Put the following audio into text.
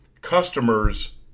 customers